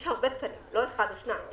יש הרבה תקנים, לא אחד או שניים.